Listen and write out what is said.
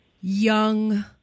young